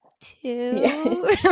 two